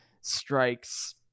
strikes